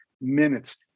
minutes